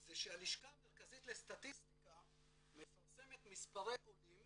זה שהלשכה המרכזית לסטטיסטיקה מפרסמת מספרי עולים